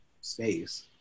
space